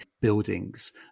buildings